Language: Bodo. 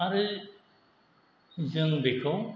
आरो जों बेखौ